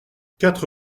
quatre